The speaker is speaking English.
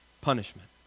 punishment